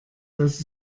das